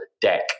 deck